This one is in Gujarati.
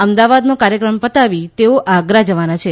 અમદાવાદનો કાર્યક્રમ પતાવી તેઓ આગ્રા જવાના છે